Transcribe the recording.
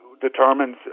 determines